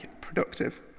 productive